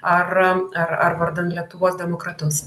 ar ar ar vardan lietuvos demokratus